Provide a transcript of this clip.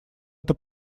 это